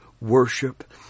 worship